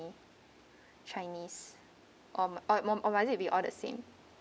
many chinese or or must it be all the same